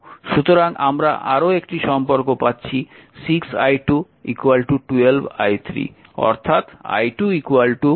সুতরাং আমরা একটি সম্পর্ক পাচ্ছি 6 i2 12 i3 অর্থাৎ i2 2 i3